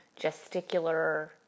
gesticular